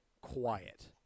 quiet